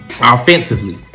offensively